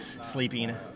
sleeping